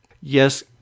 Yes